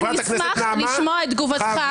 אני אשמח לשמוע את תגובתך.